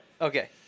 Okay